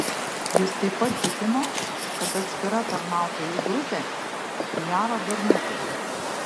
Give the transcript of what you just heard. jis taip pat tikino kad atskira tarnautojų grupė pijaro berniukai